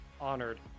honored